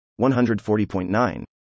140.9